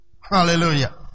Hallelujah